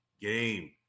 game